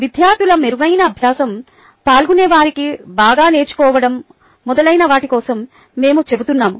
విద్యార్థుల మెరుగైన అభ్యాసం పాల్గొనేవారిని బాగా నేర్చుకోవడం మొదలైన వాటి కోసం మేము చెబుతున్నాము